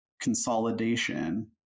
consolidation